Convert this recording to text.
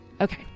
Okay